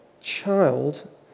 child